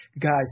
Guys